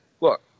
Look